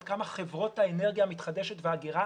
עד כמה חברות האנרגיה המתחדשת והאגירה